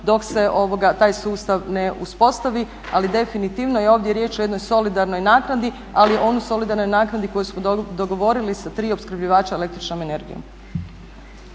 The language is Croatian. dok se taj sustav ne uspostavi, ali definitivno je ovdje riječ o jednoj solidarnoj naknadi, ali onoj solidarnoj naknadi koju smo dogovorili sa tri opskrbljivača električnom energijom.